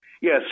Yes